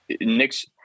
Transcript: nick's